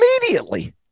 immediately